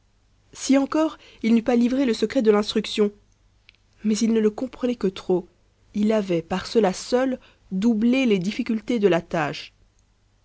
si encore il n'eût pas livré le secret de l'instruction mais il ne le comprenait que trop il avait par cela seul doublé les difficultés de la tâche